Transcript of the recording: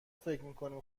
فکرمیکنیم